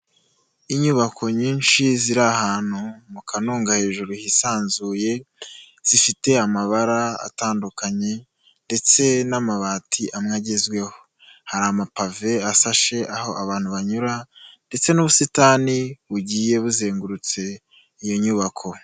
Inyubako nyinshi ziri ahantu mu kanunga hejuru hisanzuye, zifite amabara atandukanye ndetse n'amabati amwe agezweho hari amapave asashe aho abantu banyura ndetse n'ubusitani bugiye buzengurutse iyo nyubako.